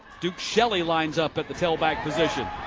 duke shelly lines up at the tail back position.